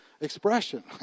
expression